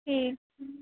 की